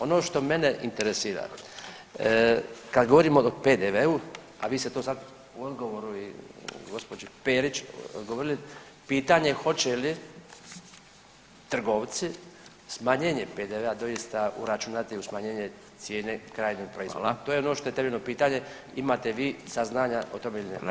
Ono što mene interesira, kad govorimo o PDV-u, a vi ste tu sad u odgovoru gospođi Perić odgovorili, pitanje hoće li trgovci smanjenje PDV-a tj. uračunati u smanjenje cijene krajnjeg proizvoda, to je ono što je temeljeno pitanje, ima vi saznanja o tome ili nemate?